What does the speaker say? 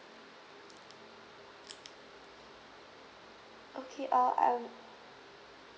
okay uh I